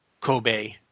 Kobe